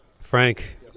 Frank